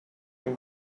can